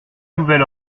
nouvel